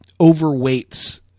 overweights